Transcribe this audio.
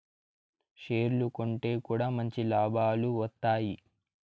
షేర్లు కొంటె కూడా మంచి లాభాలు వత్తాయి